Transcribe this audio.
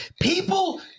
People